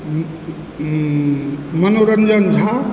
मनोरञ्जन झा